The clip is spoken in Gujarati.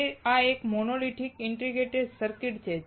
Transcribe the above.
તે શા માટે મોનોલિથિક ઇન્ટિગ્રેટેડ સર્કિટ છે